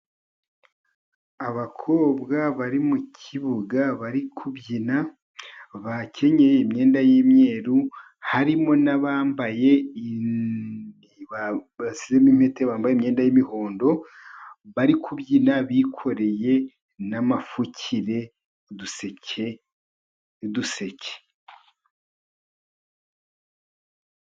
Abakobwa bari mu kibuga bari kubyina, bakenyeye imyenda y'imyeru, harimo n'abambaye imyenda y'imihondo bari kubyina bikoreye n'amapfukire uduseke n'uduseke.